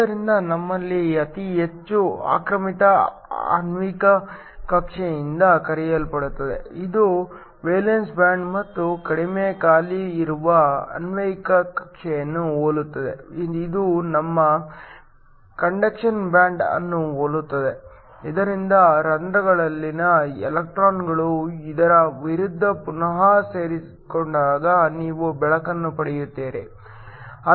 ಆದ್ದರಿಂದ ನಮ್ಮಲ್ಲಿ ಅತಿ ಹೆಚ್ಚು ಆಕ್ರಮಿತ ಆಣ್ವಿಕ ಕಕ್ಷೆಯೆಂದು ಕರೆಯಲ್ಪಡುತ್ತದೆ ಇದು ವೇಲೆನ್ಸ್ ಬ್ಯಾಂಡ್ ಮತ್ತು ಕಡಿಮೆ ಖಾಲಿ ಇರುವ ಆಣ್ವಿಕ ಕಕ್ಷೆಯನ್ನು ಹೋಲುತ್ತದೆ ಇದು ನಿಮ್ಮ ಕಂಡಕ್ಷನ್ ಬ್ಯಾಂಡ್ ಅನ್ನು ಹೋಲುತ್ತದೆ ಇದರಿಂದ ಹೋಲ್ ಗಳಲ್ಲಿನ ಎಲೆಕ್ಟ್ರಾನ್ಗಳು ಇದರ ವಿರುದ್ಧ ಪುನಃ ಸೇರಿಕೊಂಡಾಗ ನೀವು ಬೆಳಕನ್ನು ಪಡೆಯುತ್ತೀರಿ